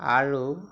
আৰু